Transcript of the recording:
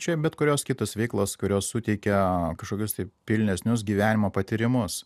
čia bet kurios kitos veiklos kurios suteikia kažkokius tai pilnesnius gyvenimo patyrimus